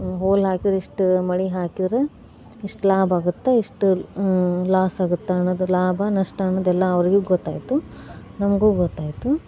hole ಹಾಕಿದ್ರೆ ಇಷ್ಟು ಮೊಳೆ ಹಾಕಿದ್ರೆ ಇಷ್ಟು ಲಾಭ ಆಗುತ್ತೆ ಇಷ್ಟು ಲಾಸ್ ಆಗುತ್ತೆ ಅನ್ನೋದ್ರ ಲಾಭ ನಷ್ಟ ಅನ್ನೋದೆಲ್ಲ ಅವರಿಗೆ ಗೊತ್ತಾಯಿತು ನಮಗೂ ಗೊತ್ತಾಯಿತು